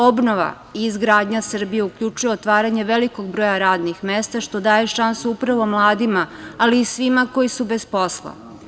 Obnova i izgradnja Srbije uključuje otvaranje velikog broja radnih mesta, što daje šansu upravo mladima, ali i svima koji su bez posla.